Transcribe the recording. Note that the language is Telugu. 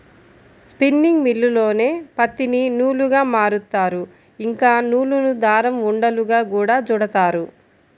స్పిన్నింగ్ మిల్లుల్లోనే పత్తిని నూలుగా మారుత్తారు, ఇంకా నూలును దారం ఉండలుగా గూడా చుడతారు